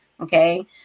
Okay